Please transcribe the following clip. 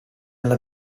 alla